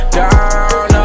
down